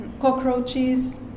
cockroaches